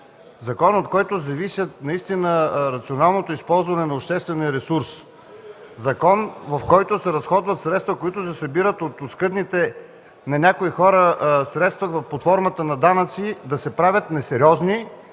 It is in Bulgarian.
закон, от който зависи рационалното използване на обществения ресурс, закон, в който се разходват средства, които се събират от оскъдните на някои хора средства под формата на данъци, да се правят несериозни